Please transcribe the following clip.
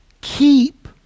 keep